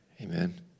Amen